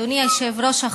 אדוני היושב-ראש,